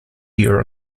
year